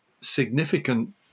significant